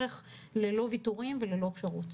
ללא ויתורים וללא פשרות.